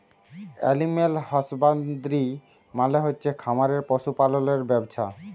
animal husbandry মালে হচ্ছে খামারে পশু পাললের ব্যবছা